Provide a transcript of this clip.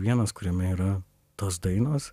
vienas kuriame yra tos dainos